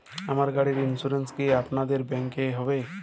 আমার গাড়ির ইন্সুরেন্স কি আপনাদের ব্যাংক এ হবে?